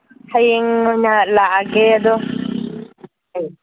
ꯍꯌꯦꯡ ꯑꯣꯏꯅ ꯂꯥꯛꯑꯒꯦ ꯑꯗꯣ